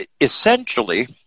essentially